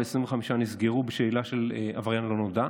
25 נסגרו בעילה של עבריין לא נודע.